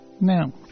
Now